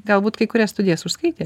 galbūt kai kurias studijas užskaitė